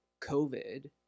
COVID